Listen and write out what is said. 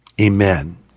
Amen